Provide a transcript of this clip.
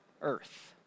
earth